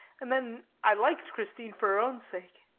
and then i liked christine for her own sake.